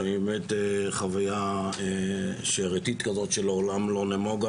שהיא חוויה --- כבוד של העולם לא נמוגה